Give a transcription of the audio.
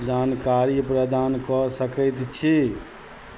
जानकारी प्रदान कऽ सकैत छी